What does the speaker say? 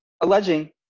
alleging